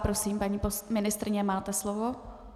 Prosím, paní ministryně, máte slovo.